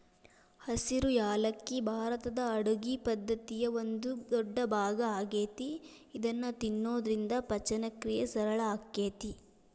ಹಸಿರು ಯಾಲಕ್ಕಿ ಭಾರತದ ಅಡುಗಿ ಪದ್ದತಿಯ ಒಂದ ದೊಡ್ಡಭಾಗ ಆಗೇತಿ ಇದನ್ನ ತಿನ್ನೋದ್ರಿಂದ ಪಚನಕ್ರಿಯೆ ಸರಳ ಆಕ್ಕೆತಿ